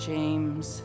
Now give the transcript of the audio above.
James